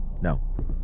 No